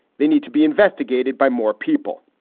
they need to be investigated by more people.